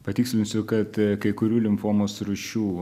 patikslinsiu kad kai kurių limfomos rūšių